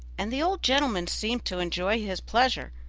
and the old gentleman seemed to enjoy his pleasure.